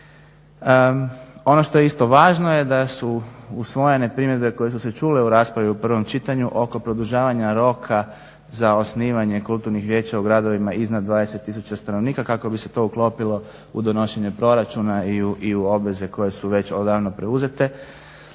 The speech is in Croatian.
Ono što je isto važno je to je da su usvojene primjedbe koje su se čule u raspravi u prvom čitanju oko produžavanja roka za osnivanje kulturnih vijeća u gradovima iznad 20 tisuća stanovnika kako bi se to uklopilo u donošenje proračuna i u obveze koje su već odavno preuzete.